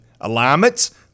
Alignments